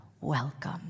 welcome